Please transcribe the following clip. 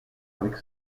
avec